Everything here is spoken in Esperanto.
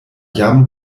jam